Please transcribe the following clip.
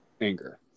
anger